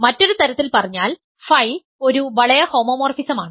മറ്റൊരു തരത്തിൽ പറഞ്ഞാൽ Φ ഒരു വളയ ഹോമോമോർഫിസമാണ്